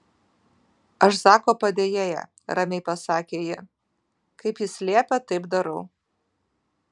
aš zako padėjėja ramiai pasakė ji kaip jis liepia taip darau